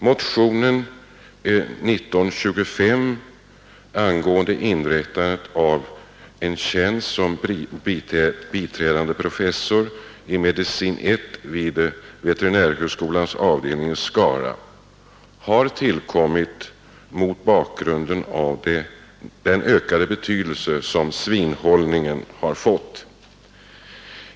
Motionen 1925 angående inrättande av en tjänst som biträdande professor i Medicin I vid veterinärhögskolans avdelning i Skara har tillkommit mot bakgrunden av den ökade betydelse som svinhållningen fått.